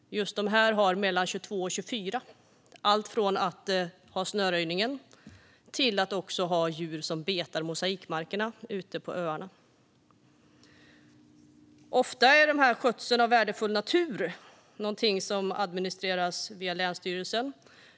Just de här lantbrukarna har mellan 22 och 24 verksamheter - alltifrån att sköta snöröjningen till att ha djur som betar mosaikmarkerna ute på öarna. Ofta är skötseln av värdefull natur någonting som administreras via länsstyrelsen.